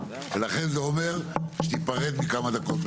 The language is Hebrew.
ולכן זה אומר שתיפרד מכמה דקות מהשאלות שלך.